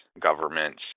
governments